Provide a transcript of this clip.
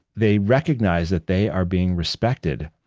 they recognize that they are being respected,